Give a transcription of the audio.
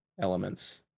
elements